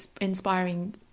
inspiring